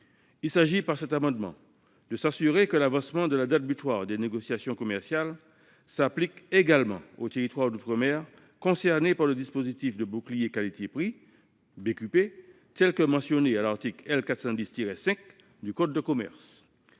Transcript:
Il s’agit de s’assurer que l’avancement de la date butoir des négociations commerciales s’applique également aux territoires d’outre mer concernés par le dispositif de bouclier qualité prix mentionné à l’article L. 410 5 du code de commerce.